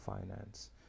finance